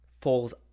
falls